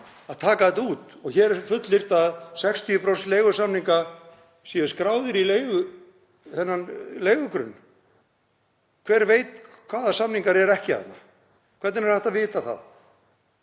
að taka þetta út og hér er fullyrt að 60% leigusamninga séu skráðir í þennan leigugrunn. Hver veit hvaða samningar eru ekki þarna? Hvernig er hægt að vita það?